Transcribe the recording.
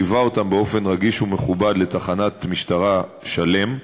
וליווה אותם באופן רגיש ומכובד לתחנת המשטרה "שלם"